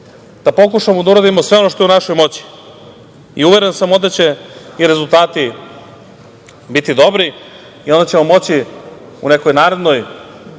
da pokušamo da uradimo sve ono što je u našoj moći. I uveren sam, onda će i rezultati biti dobri i onda ćemo moći u nekoj narednoj